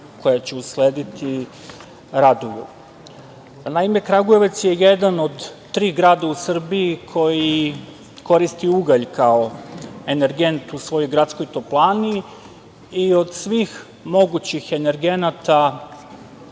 koja će uslediti raduje. Naime, Kragujevac je jedan od tri grada u Srbiji koji koristi ugalj kao energent u svojoj gradskoj toplani i od svih mogućih energenata